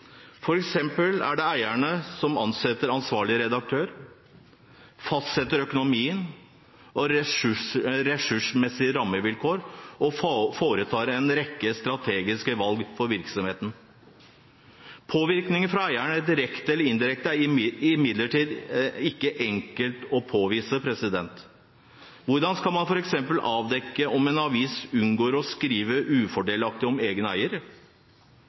eksempel er det eierne som ansetter ansvarlig redaktør, fastsetter økonomien og ressursmessige rammevilkår og foretar en rekke strategiske valg for virksomheten. Påvirkninger fra eierne direkte eller indirekte er imidlertid ikke enkelt å påvise. Hvordan skal man f.eks. avdekke om en avis unngår å skrive ufordelaktig om egen eier?